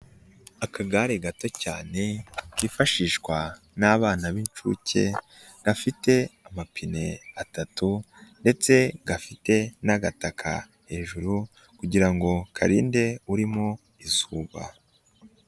Akagare gato cyane, kifashishwa n'abana b'inshuke gafite amapine atatu ndetse gafite n'agataka hejuru kugira karinde urimo izuba.